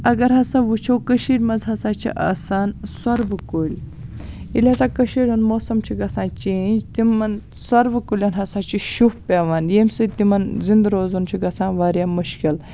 اگر ہسا وٕچھو کٔشیٖرِ منٛز ہسا چھِ آسان سۄروٕ کُلۍ ییٚلہِ ہسا کٔشیٖرِ ہُنٛد موسم چھُ گَژھان چینٛج تِمن سۄروٕ کُلٮ۪ن ہسا چھُ شُہ پیٚوان ییٚمہِ سۭتۍ تِمن زِنٛدٕ روزُن چھُ گژھان واریاہ مُشکِل